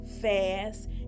fast